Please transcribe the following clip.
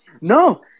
No